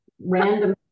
random